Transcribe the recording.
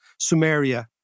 Sumeria